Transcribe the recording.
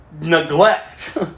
neglect